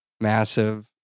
massive